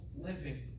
living